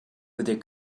their